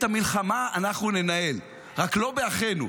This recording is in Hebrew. את המלחמה אנחנו ננהל, רק לא באחינו.